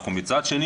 אנחנו מצד שני,